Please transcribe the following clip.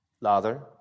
Lather